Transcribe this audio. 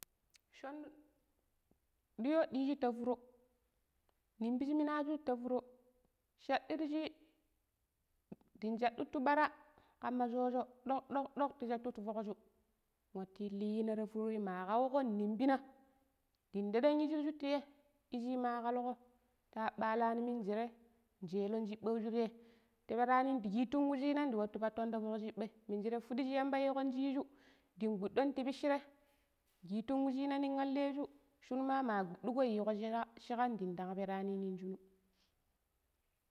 Shonno - duyo diji ta furo rimbi ji minaju ta furo shadirshi ndang shatu baara kama sho-sho dok-dok ti fokju mwatu linna ta furoi ma kauko nrimbina dang tedon ijiju tayei ijii ma kalko ta balla minjirai njelon shibaju tayei ta pirani ndikitun wucina ndi watu patton ta foki shiba minjire fodi shi yamba yiikon shiju din gbudon ti pishirei kitun washina nin an laishu shinuma ma gbudoko yiiko shika dandang perani nong shinu.